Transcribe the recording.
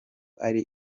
ari